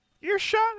earshot